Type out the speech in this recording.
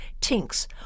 Tinks